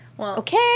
Okay